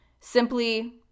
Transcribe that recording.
Simply